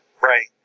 Right